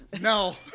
No